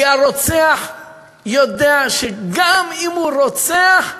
כי הרוצח יודע שגם אם הוא רוצח,